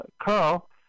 Carl